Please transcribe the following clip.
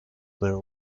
there